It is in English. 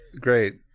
Great